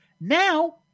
Now